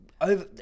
over